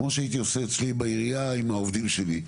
כמו שהייתי עושה אצלי בעירייה עם העובדים שלי.